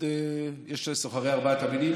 יש סוחרי ארבעת המינים?